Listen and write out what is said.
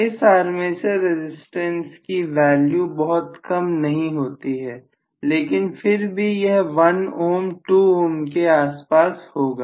यह armature resistance जितना छोटा नहीं हो सकता है लेकिन फिर भी यह 1ohm 2 ohm के आसपास होगा